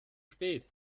spät